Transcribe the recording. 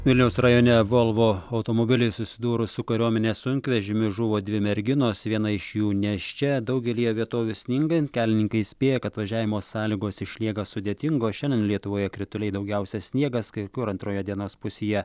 vilniaus rajone volvo automobiliui susidūrus su kariuomenės sunkvežimiu žuvo dvi merginos viena iš jų nėščia daugelyje vietovių sningant kelininkai įspėja kad važiavimo sąlygos išlieka sudėtingos šiandien lietuvoje krituliai daugiausia sniegas kai kur antroje dienos pusėje